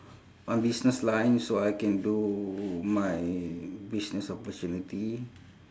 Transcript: on business line so I can do my business opportunity